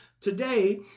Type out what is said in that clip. today